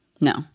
No